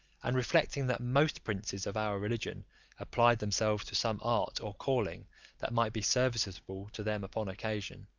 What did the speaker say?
and reflecting that most princes of our religion applied themselves to some art or calling that might be serviceable to them upon occasion,